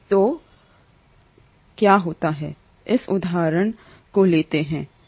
तो क्या होता हैइस उदाहरण को लेते हैं